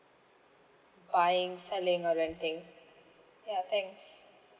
buying selling or renting ya thanks